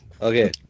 Okay